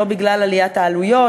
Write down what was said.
לא בגלל עליית העלויות,